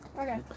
Okay